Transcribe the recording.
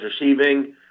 receiving